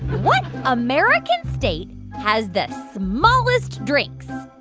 what american state has the smallest drinks?